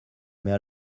mais